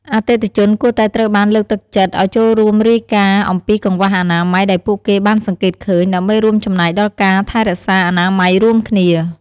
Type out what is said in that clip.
អតិថិជនគួរតែត្រូវបានលើកទឹកចិត្តឱ្យចូលរួមរាយការណ៍អំពីកង្វះអនាម័យដែលពួកគេបានសង្កេតឃើញ ដើម្បីរួមចំណែកដល់ការថែរក្សាអនាម័យរួមគ្នា។